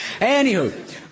Anywho